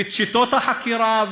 ואת שיטות החקירה,